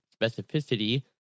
specificity